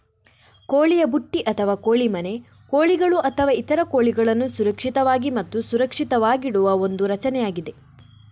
ಕೋಳಿಯ ಬುಟ್ಟಿ ಅಥವಾ ಕೋಳಿ ಮನೆ ಕೋಳಿಗಳು ಅಥವಾ ಇತರ ಕೋಳಿಗಳನ್ನು ಸುರಕ್ಷಿತವಾಗಿ ಮತ್ತು ಸುರಕ್ಷಿತವಾಗಿಡುವ ಒಂದು ರಚನೆಯಾಗಿದೆ